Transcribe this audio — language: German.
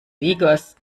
vegas